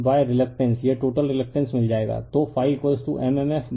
तो ∅m m f रिलक्टेंसयह total reluctance मिल जाएगा